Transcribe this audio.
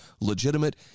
legitimate